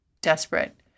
desperate